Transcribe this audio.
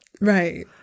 Right